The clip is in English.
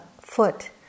foot